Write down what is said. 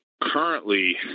Currently